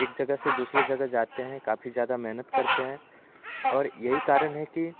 एक जगह से दूसरे जगह जाते हैं काफ़ी ज़्यादा मेहनत करते हैं और यही कारण है कि